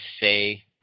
say